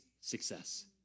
success